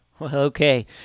Okay